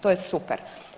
To je super.